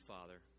Father